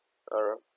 (uh huh)